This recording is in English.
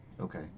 Okay